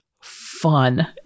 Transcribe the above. fun